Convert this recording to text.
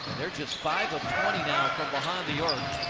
they're just five of twenty ah from behind the arc.